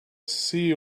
see